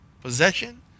possession